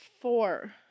Four